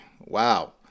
Wow